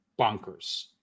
bonkers